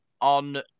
on